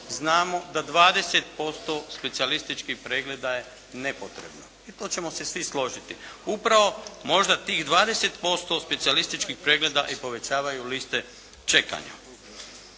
znamo da 20% specijalističkih pregleda je nepotrebno i to ćemo se svi složiti. Upravo možda tih 20% specijalističkih pregleda i povećavaju liste čekanja.